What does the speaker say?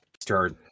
start